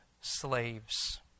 slaves